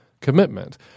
commitment